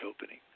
opening